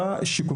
מקרים עכשיו,